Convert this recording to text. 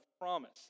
promise